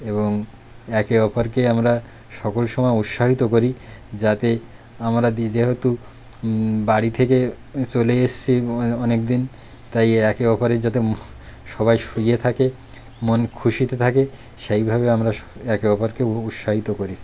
এবং একে অপরকে আমরা সকল সময় উৎসাহিত করি যাতে আমরা যেহেতু বাড়ি থেকে চলে এসেছি অনেক দিন তাই একে অপরের যাতে সবাই শুয়ে থাকে মন খুশিতে থাকে সেই ভাবে আমরা একে অপরকে উৎসাহিত করি